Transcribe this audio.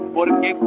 Porque